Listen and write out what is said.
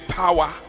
power